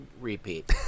repeat